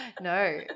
no